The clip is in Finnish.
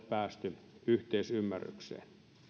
päästy yhteisymmärrykseen